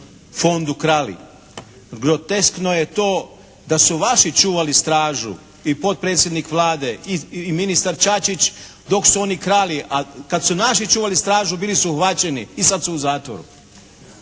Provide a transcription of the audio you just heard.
fondu krali. Groteskno je to da su vaši čuvali stražu i potpredsjednik Vlade i ministar Čačić dok su oni krali, a kad su naši čuvali stražu bili su uhvaćeni i sada su u zatvoru.